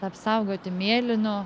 apsaugoti mėlynu